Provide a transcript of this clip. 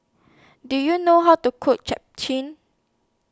Do YOU know How to Cook Japchae